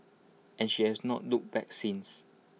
and she has not looked back since